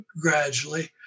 gradually